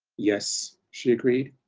yes, she agreed.